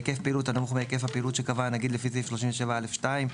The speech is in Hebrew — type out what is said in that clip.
היקף פעילות הנמוך מהיקף הפעילות שקבע הנגיד לפי סעיף 37(א)(2)".